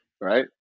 Right